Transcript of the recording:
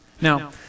Now